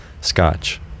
scotch